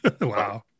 Wow